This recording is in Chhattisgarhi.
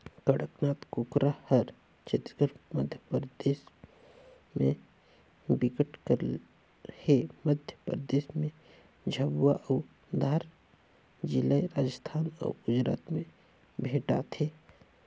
कड़कनाथ कुकरा हर छत्तीसगढ़, मध्यपरदेस में बिकट कर हे, मध्य परदेस में झाबुआ अउ धार जिलाए राजस्थान अउ गुजरात में भेंटाथे